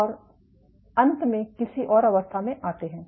और अंत में किसी और अवस्था में आते हैं